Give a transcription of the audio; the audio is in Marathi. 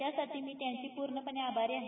त्यासाठी मी त्यांची पूर्णपणे आभारी आहे